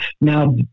now